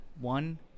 One